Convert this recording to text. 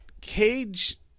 Cage